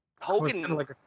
Hogan